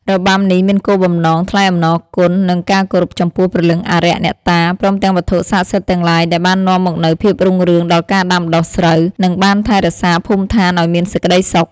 របាំនេះមានគោលបំណងថ្លែងអំណរគុណ និងការគោរពចំពោះព្រលឹងអារក្ស អ្នកតា ព្រមទាំងវត្ថុស័ក្តិសិទ្ធិទាំងឡាយដែលបាននាំមកនូវភាពរុងរឿងដល់ការដាំដុះស្រូវ និងបានថែរក្សាភូមិឋានឱ្យមានសេចក្ដីសុខ។